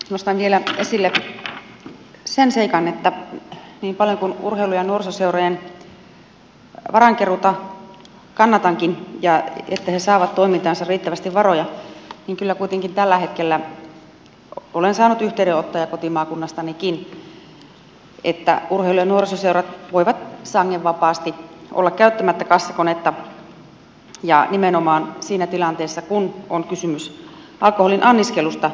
nostan vielä esille sen seikan että niin paljon kuin kannatankin urheilu ja nuorisoseurojen varainkeruuta ja sitä että ne saavat toimintaansa riittävästi varoja niin kyllä kuitenkin tällä hetkellä olen saanut yhteydenottoja kotimaakunnastanikin että urheilu ja nuorisoseurat voivat sangen vapaasti olla käyttämättä kassakonetta ja nimenomaan siinä tilanteessa kun on kysymys alkoholin anniskelusta